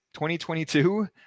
2022